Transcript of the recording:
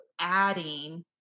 adding